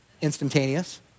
instantaneous